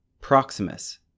Proximus